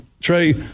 Trey